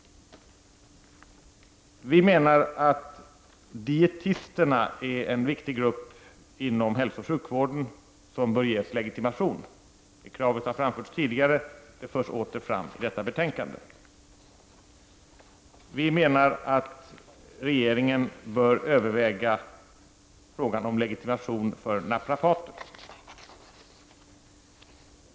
Vi menar att dietisterna är en viktig grupp inom hälsooch sjukvården som bör ges legitimation. Det kravet har framförts tidigare, och det framförs åter i detta betänkande. Vi menar att regeringen bör överväga frågan om legitimation för naprapater.